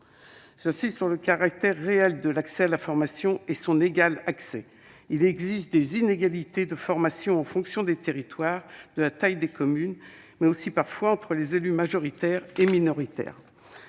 J'insiste sur le caractère réel de l'accès à la formation et son égal accès : il existe des inégalités de formation en fonction des territoires, de la taille des communes, mais aussi parfois entre les élus majoritaires et minoritaires.